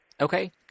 okay